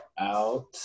out